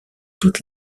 toute